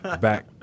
back